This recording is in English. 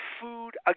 food